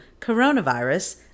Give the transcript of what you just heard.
coronavirus